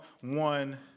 one